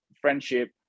friendship